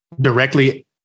directly